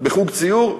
בחוג ציור.